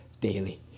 daily